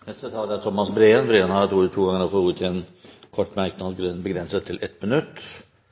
Representanten Thomas Breen har hatt ordet to ganger tidligere og får ordet til en kort merknad, begrenset til 1 minutt.